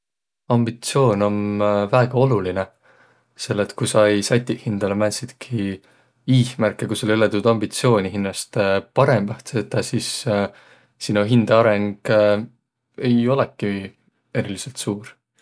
Ambitsioon om väega olulinõ. Selle et ku sa ei sätiq hindäle määntsitki iihmäke, ku sul ei olõq ambitsiooni hinnäst parõmas tetäq, sis sino hindä arõng ei olõki erilidselt suur.